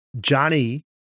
Johnny